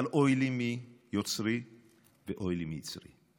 אבל אוי לי מיוצרי ואוי לי מיצרי,